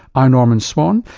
ah norman swan,